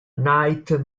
night